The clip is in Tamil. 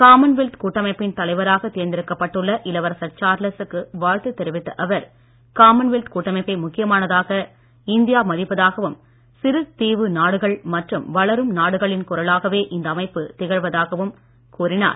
காமன்வெல்த் கூட்டமைப்பின் தலைவராக தேர்ந்தெடுக்கப்பட்டுள்ள இளவரசர் சார்லசுக்கு வாழ்த்து தெரிவித்த காமன்வெல்த் கூட்டமைப்பை முக்கியமானதாக இந்தியா அவர் மதிப்பதாகவும் சிறு தீவு நாடுகள் மற்றும் வளரும் நாடுகளின் குரலாகவே இந்த அமைப்பு திகழ்வதாகவும் அவர் கூறினார்